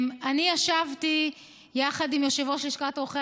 אני ישבתי יחד עם יושב-ראש לשכת עורכי